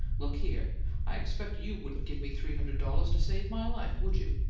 look here i expect you wouldn't give me three hundred dollars to save my life, would you?